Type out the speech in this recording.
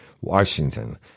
Washington